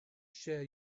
share